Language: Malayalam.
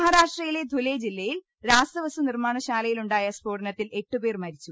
മഹാരാഷ്ട്രയിലെ ധുലൈ ജില്ലയിലെ രാസവസ്തു നിർമ്മാണ ശാല യിലുണ്ടായ സ്ഫോടനത്തിൽ എട്ടുപേർ മരിച്ചു